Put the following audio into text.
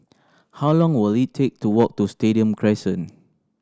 how long will it take to walk to Stadium Crescent